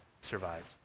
survived